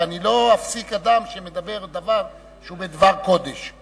ואני לא אפסיק אדם שמדבר דבר שהוא דבר קודש,